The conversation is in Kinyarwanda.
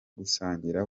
gusangira